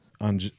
on